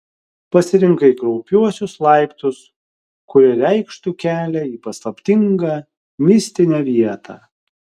pasirinkai kraupiuosius laiptus kurie reikštų kelią į paslaptingą mistinę vietą